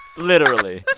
literally.